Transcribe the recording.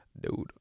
dude